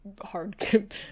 hard